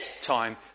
time